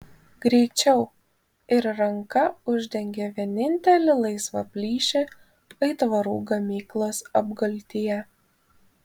greičiau ir ranka uždengė vienintelį laisvą plyšį aitvarų gamyklos apgultyje